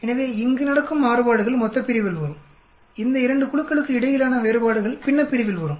எனவே இங்கு நடக்கும் மாறுபாடுகள் மொத்தப்பிரிவில் வரும் இந்த 2 குழுக்களுக்கு இடையிலான வேறுபாடுகள் பின்னப்பிரிவில் வரும்